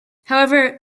however